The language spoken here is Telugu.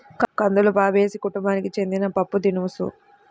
కందులు ఫాబేసి కుటుంబానికి చెందిన పప్పుదినుసు